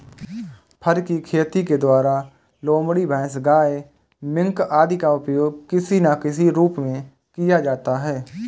फर की खेती के द्वारा लोमड़ी, भैंस, गाय, मिंक आदि का उपयोग किसी ना किसी रूप में किया जाता है